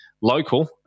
Local